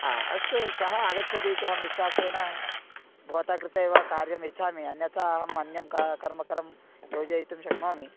आ अस्तु श्वः आगच्छतीति अहं विश्वासेन भवता कृतेव कार्यं यच्छामि अन्यथा अहम् अन्यं कः कर्मकरं योजतितुं शक्नोमि